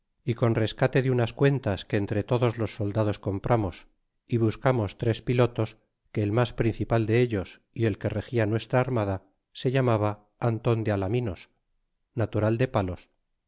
y con rescate de unas cuentas que entre todos los soldados compramos y buscamos tres pilotos que el mas principal dellos y el que regia nuestra armada se llamaba anton de alaminos natural de palos